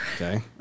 Okay